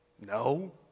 No